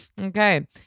Okay